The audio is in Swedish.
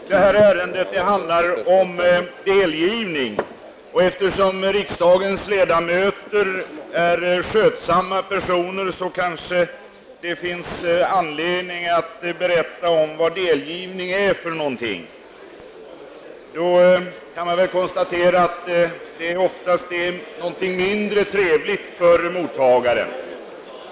Herr talman! Detta ärende handlar om delgivning, och eftersom riksdagens ledamöter är skötsamma personer kanske det finns anledning att berätta vad delgivning är. Man kan konstatera att det oftast är något mindre trevligt för mottagaren.